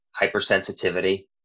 hypersensitivity